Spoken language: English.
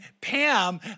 Pam